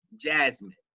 Jasmine